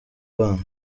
bana